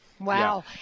Wow